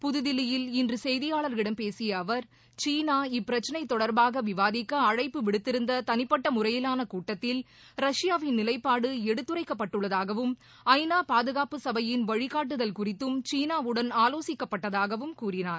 புதுதில்லியில் இன்று செய்தியாளர்களிடம் பேசிய அவர் சீனா இப்பிரச்சினை தொடர்பாக விவாதிக்க அழைப்பு விடுத்திருந்த தனிப்பட்ட முறையிலானகா கூட்டத்தில் ரஷ்யாவிள் நிலைப்பாடு எடுத்துரைக்கப்பட்டுள்ளதாகவும் ஐ நா பாதுகாப்பு சபையின் வழிகாட்டுதல் குறித்தும் சீனாவுடன் ஆலோசிக்கப்பட்டதாகவும் கூறினார்